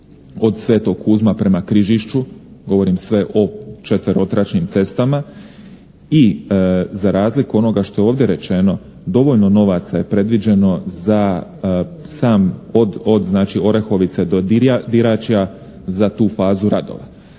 od Svetog Kuzma prema Križišću, govorim sve o četverotračnim cestama. I za razliku onoga što je ovdje rečeno dovoljno novaca je predviđeno za sam od Orehovice znači do Diračja za tu fazu radova.